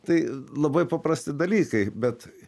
tai labai paprasti dalykai bet